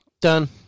Done